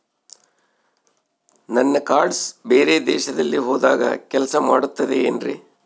ನನ್ನ ಕಾರ್ಡ್ಸ್ ಬೇರೆ ದೇಶದಲ್ಲಿ ಹೋದಾಗ ಕೆಲಸ ಮಾಡುತ್ತದೆ ಏನ್ರಿ?